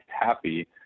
happy